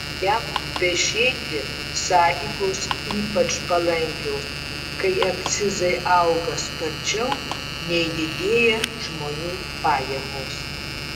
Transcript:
jam vešėti sąlygos ypač palankios kai akcizai auga sparčiau nei didėja žmonių pajamos